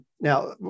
now